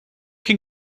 can